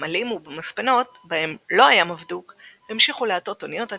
בנמלים ובמספנות בהם לא היה מבדוק המשיכו להטות אוניות על